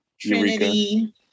Trinity